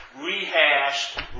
rehashed